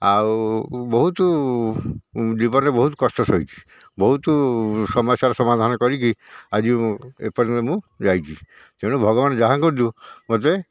ଆଉ ବହୁତ ଜୀବନରେ ବହୁତ କଷ୍ଟ ସହିଛି ବହୁତ ସମସ୍ୟାର ସମାଧାନ କରିକି ଆଜି ମୁଁ ଏପର୍ଯ୍ୟନ୍ତ ମୁଁ ଯାଇଛି ତେଣୁ ଭଗବାନ ଯାହା କରନ୍ତୁ ମୋତେ